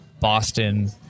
Boston